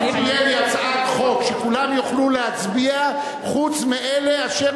אם תהיה לי הצעת חוק שכולם יוכלו להצביע חוץ מאלה אשר